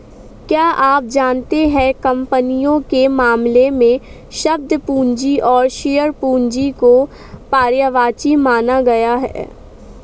क्या आप जानते है कंपनियों के मामले में, शब्द पूंजी और शेयर पूंजी को पर्यायवाची माना गया है?